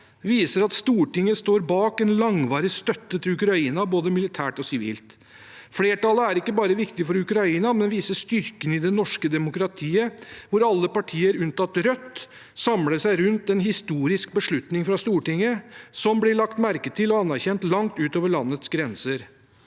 viser at Stortinget står bak en langvarig støtte til Ukraina, både militært og sivilt. Flertallet er ikke bare viktig for Ukraina, men viser styrken i det norske demokratiet, hvor alle partier, unntatt Rødt, samler seg rundt en historisk beslutning fra Stortinget som blir lagt merke til og anerkjent langt utover landets grenser.